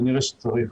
כנראה שצריך.